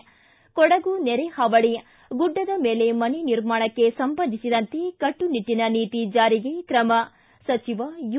ಿ ಕೊಡಗು ನೆರೆ ಹಾವಳಿ ಗುಡ್ಡದ ಮೇಲೆ ಮನೆ ನಿರ್ಮಾಣಕ್ಕೆ ಸಂಬಂಧಿಸಿದಂತೆ ಕಟ್ಟುನಿಟ್ಟನ ನೀತಿ ಜಾರಿಗೆ ಕ್ರಮ ಸಚಿವ ಯು